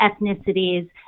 ethnicities